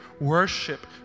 worship